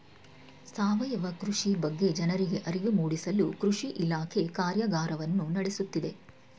ಸಾವಯವ ಕೃಷಿ ಬಗ್ಗೆ ಜನರಿಗೆ ಅರಿವು ಮೂಡಿಸಲು ಕೃಷಿ ಇಲಾಖೆ ಕಾರ್ಯಗಾರವನ್ನು ನಡೆಸುತ್ತಿದೆ